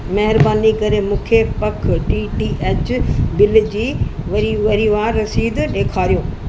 महिरबानी करे मूंखे पख डी टी एच बिल जी वरी वरिवार रसीद ॾेखारियो